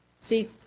See